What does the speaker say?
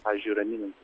pavyzdžiui raminami